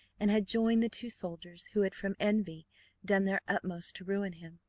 and had joined the two soldiers, who had from envy done their utmost to ruin him.